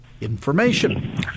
Information